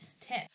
tip